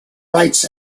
rights